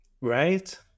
Right